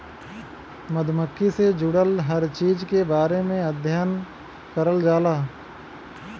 मधुमक्खी से जुड़ल हर चीज के बारे में अध्ययन करल जाला